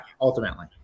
ultimately